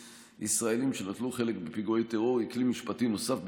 ישראלים שנטלו חלק בפיגועי טרור היא כלי משפטי נוסף,